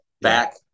back